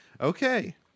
Okay